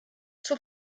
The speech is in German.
zur